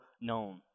known